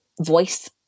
voice